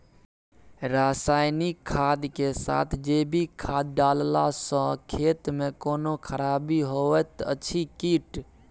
रसायनिक खाद के साथ जैविक खाद डालला सॅ खेत मे कोनो खराबी होयत अछि कीट?